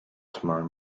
tomorrow